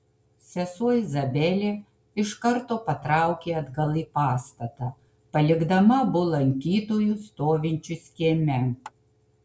sesuo izabelė iš karto patraukė atgal į pastatą palikdama abu lankytojus stovinčius kieme